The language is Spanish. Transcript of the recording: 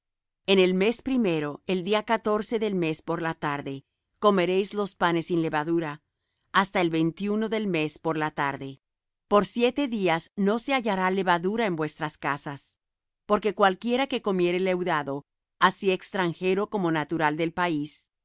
en el mes primero el día catorce del mes por la tarde comeréis los panes sin levadura hasta el veintiuno del mes por la tarde por siete días no se hallará levadura en vuestras casas porque cualquiera que comiere leudado así extranjero como natural del país